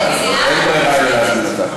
אין ברירה אלא להזמין אותך.